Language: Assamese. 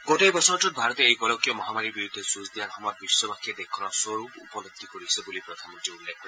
গোটেই বছৰটোত ভাৰতে এই গোলকীয় মহামাৰীৰ বিৰুদ্ধে যুঁজ দিয়াৰ সময়ত বিশ্ববাসীয়ে দেশখনৰ স্বৰূপ উপলধ্ধি কৰিছে বুলি প্ৰধানমন্ত্ৰীয়ে উল্লেখ কৰে